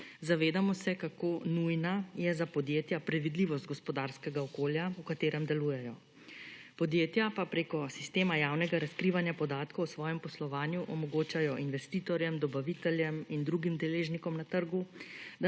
Zavedamo se, kako nujna je za podjetja predvidljivost gospodarskega okolja, v katerem delujejo. Podjetja pa prek sistema javnega razkrivanja podatkov v svojem poslovanju omogočajo investitorjem, dobaviteljem in drugim deležnikom na trgu,